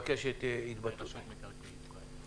רשות מקרקעי ישראל.